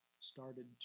started